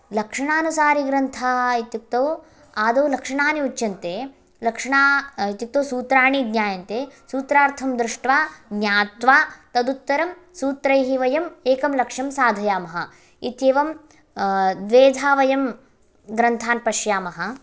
लक्षणानुसारिग्रन्थाः इत्युक्तौ आदौ लक्षणानि उच्यन्ते लक्षण इत्युक्तौ सूत्राणि ज्ञायन्ते सूत्रार्थं दृष्ट्वा ज्ञात्वा तदुत्तरं सूत्रैः वयम् एकं लक्ष्यं साधयामः इत्येवं द्वेधा वयं ग्रन्थान् पश्यामः